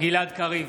גלעד קריב,